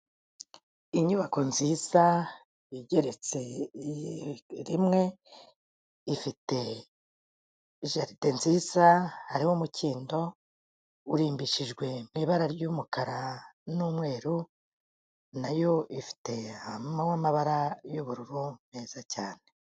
Inyubako nziza igeretse rimwe, ifite jaride nziza, harimo umukindo, urimbishijwe mu ibara ry'umukara n'umweru, n'ayo ifite amabara y'ubururu meza cyane.